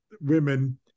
women